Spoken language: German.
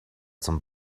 zum